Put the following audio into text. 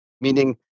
meaning